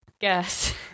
guess